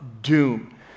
doom